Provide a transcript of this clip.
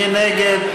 מי נגד?